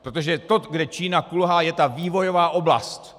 Protože to, kde Čína kulhá, je ta vývojová oblast.